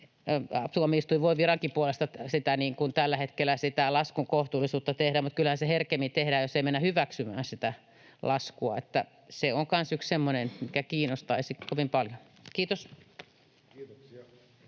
Tuomioistuin voi virankin puolesta tällä hetkellä sitä laskun kohtuullistamista tehdä, mutta kyllähän se herkemmin tehdään, jos ei mennä hyväksymään sitä laskua. Se on kanssa yksi semmoinen, mikä kiinnostaisi kovin paljon. — Kiitos.